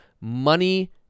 money